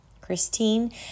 Christine